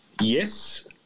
Yes